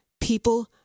people